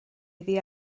iddi